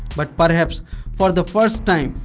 but perhaps for the first time,